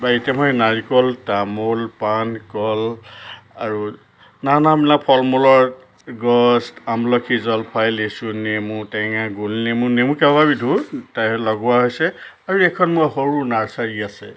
প্ৰায় এতিয়া মই নাৰিকল তামোল পাণ কল আৰু নানানবিলাক ফল মূলৰ গছ আমলখি জলফাই লেচু নেমুটেঙা গোলনেমু নেমু কেইবাবিধো তাৰে লগোৱা হৈছে আৰু এখন মোৰ সৰু নাৰ্চাৰী আছে